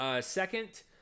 Second